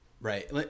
Right